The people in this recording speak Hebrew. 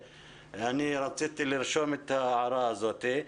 רציתי לומר את ההערה הזאת.